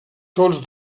tots